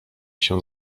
się